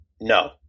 No